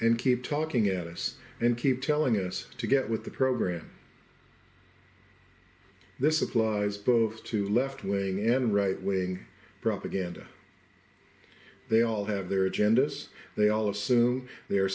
and keep talking at us and keep telling us to get with the program this applies both to left wing and right wing propaganda they all have their agendas they all assume they